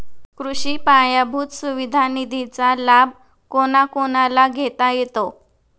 कृषी पायाभूत सुविधा निधीचा लाभ कोणाकोणाला घेता येतो?